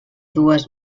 dues